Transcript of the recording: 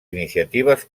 iniciatives